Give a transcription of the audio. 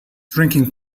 drinking